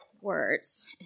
words